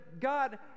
God